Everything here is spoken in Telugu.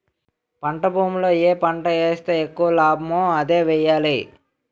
మంచి భూమిలో ఏ పంట ఏస్తే ఎక్కువ లాభమో అదే ఎయ్యాలి